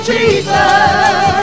Jesus